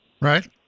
Right